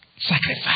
sacrifice